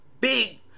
big